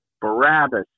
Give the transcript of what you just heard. Barabbas